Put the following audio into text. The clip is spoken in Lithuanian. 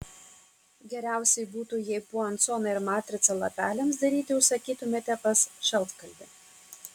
geriausiai būtų jei puansoną ir matricą lapeliams daryti užsakytumėte pas šaltkalvį